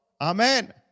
amen